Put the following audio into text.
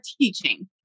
teaching